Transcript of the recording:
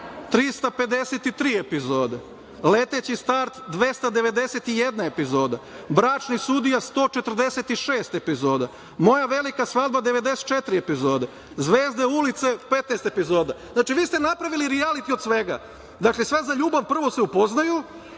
353 epizode, „Leteći start“ – 291 epizoda, „Bračni sudija“ – 146 epizoda, „Moja velika svadba“ – 94 epizode, „Zvezde ulice“ – 15 epizoda. Znači, vi ste napravili rijaliti od svega. Dakle, „Sve za ljubav“, prvo se upoznaju,